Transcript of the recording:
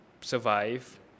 survive